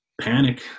panic